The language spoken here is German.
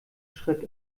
schritt